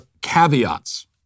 caveats